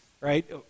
right